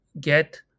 get